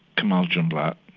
kamal jumblatt,